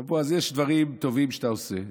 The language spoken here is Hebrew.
עכשיו, בועז, יש דברים טובים שאתה עושה,